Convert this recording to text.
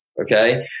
Okay